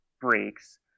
breaks